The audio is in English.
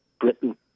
Britain